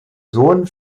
sohn